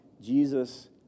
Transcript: Jesus